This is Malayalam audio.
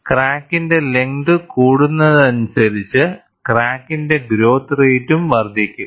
ക്രാക്കിന്റെ ലെങ്ത് കൂടുന്നതിനനുസരിച്ച് ക്രാക്കിന്റെ ഗ്രോത്ത് റേറ്റ്റ്റും വർദ്ധിക്കും